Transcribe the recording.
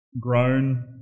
grown